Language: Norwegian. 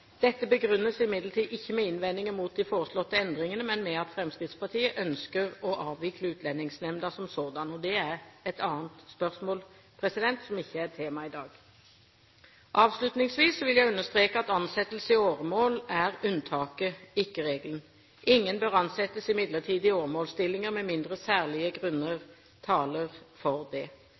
Dette begrunnes imidlertid ikke med innvendinger mot de foreslåtte endringene, men med at Fremskrittspartiet ønsker å avvikle Utlendingsnemnda som sådan. Det er et annet spørsmål, som ikke er temaet i dag. Avslutningsvis vil jeg understreke at ansettelse i åremål er unntaket, ikke regelen. Ingen bør ansettes i midlertidige åremålsstillinger med mindre særlige grunner taler for det.